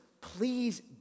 please